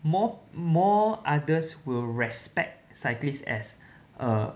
more more others will respect cyclists as a